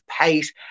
pace